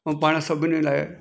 ऐं पाणि सभिनी लाइ